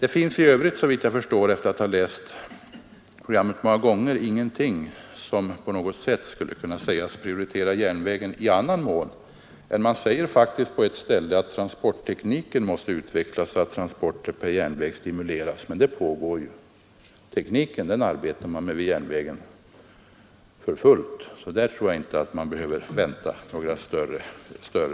Efter att ha läst programmet några gånger finns, såvitt jag förstår, ingenting som på något sätt skulle kunna sägas prioritera järnvägen i annan mån, men man säger faktiskt på ett ställe att transporttekniken måste utvecklas så att transporter på järnvägen stimuleras. Men denna utveckling pågår. Man arbetar vid järnvägen för fullt med tekniken, och där tror jag inte att man behöver vänta några större brister.